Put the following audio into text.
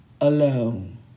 alone